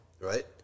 right